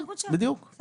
אבל